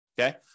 okay